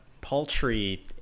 paltry